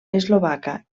eslovaca